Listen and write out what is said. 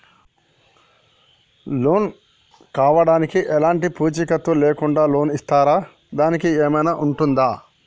Loan కావడానికి ఎలాంటి పూచీకత్తు లేకుండా లోన్ ఇస్తారా దానికి ఏమైనా ఉంటుందా?